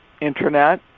internet